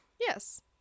Yes